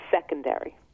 secondary